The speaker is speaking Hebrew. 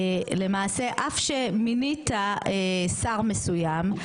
למעשה אף שמינית שר מסוים,